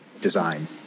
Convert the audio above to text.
design